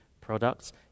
products